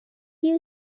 you